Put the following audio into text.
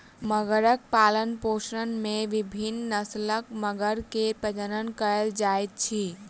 मगरक पालनपोषण में विभिन्न नस्लक मगर के प्रजनन कयल जाइत अछि